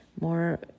more